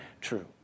true